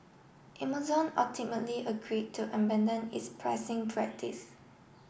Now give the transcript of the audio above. Amazon ultimately agree to abandon its pricing practice